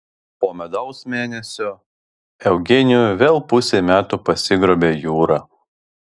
po medaus mėnesio eugenijų vėl pusei metų pasigrobė jūra